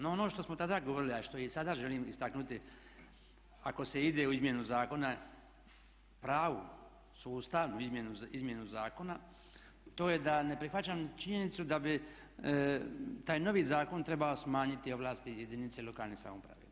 No, ono što smo tada govorili a i što i sada želim istaknuti ako se ide u izmjenu zakona pravu sustavnu izmjenu zakona to je da ne prihvaćam činjenicu da bi taj novi zakon trebao smanjiti ovlasti jedinice lokalne samouprave.